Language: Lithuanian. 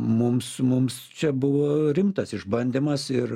mums mums čia buvo rimtas išbandymas ir